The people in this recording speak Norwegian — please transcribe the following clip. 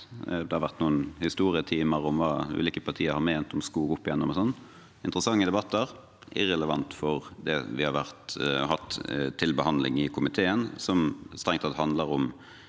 Det har vært noen historietimer om hva ulike partier har ment om skog oppigjennom og sånt. Det har vært interessante debatter, men irrelevante for det vi har hatt til behandling i komiteen, som strengt tatt handler om